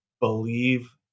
believe